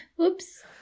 Oops